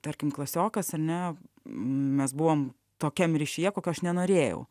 tarkim klasiokas ar ne mes buvom tokiam ryšyje kokio aš nenorėjau